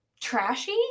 trashy